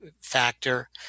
factor